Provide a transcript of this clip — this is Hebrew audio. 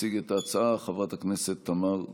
תציג את ההצעה חברת הכנסת תמר זנדברג.